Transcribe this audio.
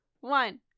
one